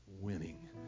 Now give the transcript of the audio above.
winning